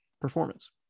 performance